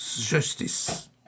justice